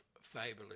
fabulous